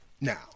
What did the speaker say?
Now